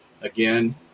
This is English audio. Again